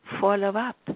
Follow-up